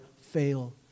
fail